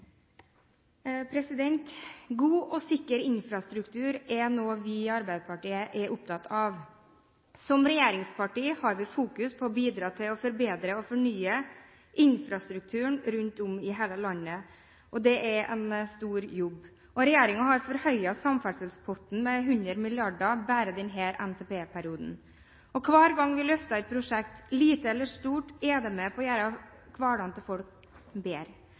noe vi i Arbeiderpartiet er opptatt av. Som regjeringsparti har vi fokus på å bidra til å forbedre og fornye infrastrukturen rundt om i hele landet. Det er en stor jobb. Regjeringen har forhøyet samferdselspotten med 100 mrd. kr bare i denne NTP-perioden. Hver gang vi løfter et prosjekt, lite eller stort, er det med på å gjøre hverdagen til folk bedre.